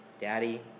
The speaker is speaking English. Daddy